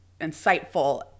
insightful